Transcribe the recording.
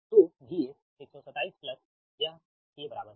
तो VS 127 plus यह के बराबर है